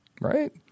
right